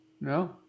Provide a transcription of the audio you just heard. No